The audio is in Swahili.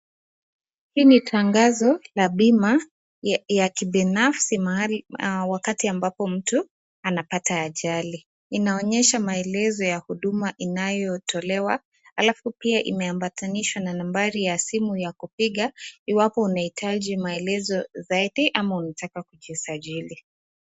Hii ni tangazo la bima ya kibinafsi wakati ambapo mtu anapata ajali. Inaonyesha maelezo ya huduma inayotolewa alafu pia imeambatanishwa na nambari ya simu ya kupiga iwapo unaitaji maelezo zaidi ama unataka kujisajili.